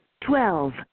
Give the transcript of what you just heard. Twelve